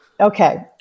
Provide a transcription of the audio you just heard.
Okay